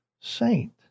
saint